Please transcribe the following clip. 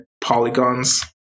polygons